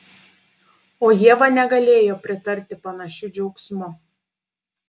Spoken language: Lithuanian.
o ieva negalėjo pritarti panašiu džiaugsmu